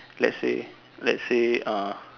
let's say let's say err